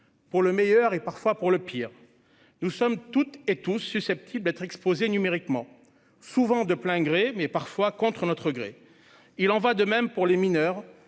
pour le meilleur et, parfois, pour le pire. Nous sommes toutes et tous susceptibles d'être exposés numériquement, souvent de notre plein gré, mais parfois contre notre volonté. Il en va de même pour les mineurs,